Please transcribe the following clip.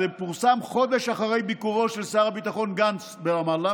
זה פורסם חודש אחרי ביקורו של שר הביטחון גנץ ברמאללה